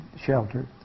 shelter